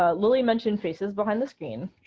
ah lily mentioned faces behind the screen.